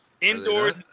Indoors